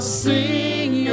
sing